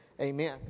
Amen